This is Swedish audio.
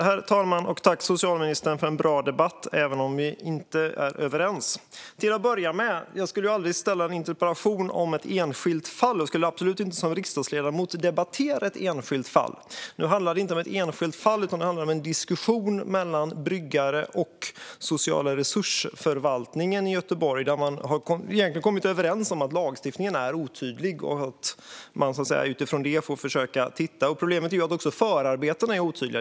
Herr talman! Tack, socialministern, för en bra debatt även om vi inte är överens! Till att börja med skulle jag aldrig ställa en interpellation om ett enskilt fall. Jag skulle som riksdagsledamot absolut inte debattera ett enskilt fall. Nu handlade det inte om ett sådant utan om en diskussion mellan bryggare och Social resursförvaltning i Göteborg. Man har kommit överens om att lagstiftningen är otydlig och att man får titta på det hela utifrån det. Problemet är att också förarbetena är otydliga.